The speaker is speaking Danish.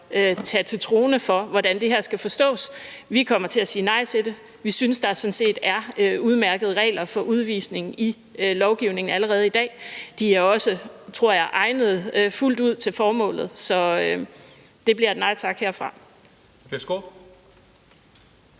stå til troende, i forhold til hvordan det her skal forstås. Vi kommer til at sige nej til det. Vi synes, at der sådan set er udmærkede regler for udvisning i lovgivningen allerede i dag. De er også, tror jeg, egnede fuldt ud til formålet. Så det bliver et nej tak herfra.